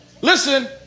Listen